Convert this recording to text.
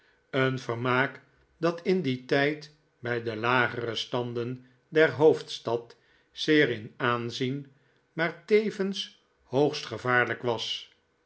een vermaak dat in dien tijd bij de lagere standen der hoofdstad zeer in aanzien maar tevens hoogst gevaarlijk was